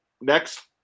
next